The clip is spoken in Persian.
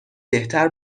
بهتر